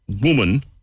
woman